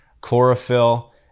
chlorophyll